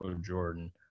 Jordan